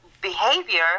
behavior